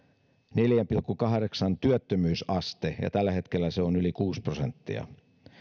neljän pilkku kahdeksan prosentin työttömyysaste ja tällä hetkellä se on yli kuusi prosenttia